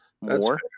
more